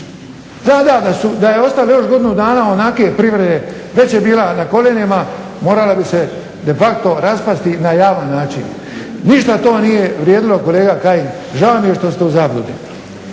da je ostala još godinu dana onake privrede, već je bila na koljenima, morala bi se defacto raspasti na javan način. Ništa to nije vrijedilo kolega Kajin, žao mi je što ste u zabludi.